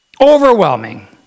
Overwhelming